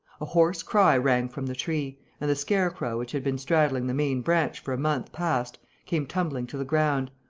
a hoarse cry rang from the tree and the scarecrow which had been straddling the main branch for a month past came tumbling to the ground,